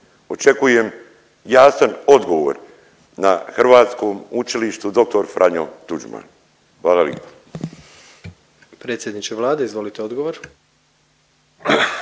Očekujem jasan odgovor na hrvatskom učilištu dr. Franjo Tuđman. **Jandroković,